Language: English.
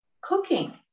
cooking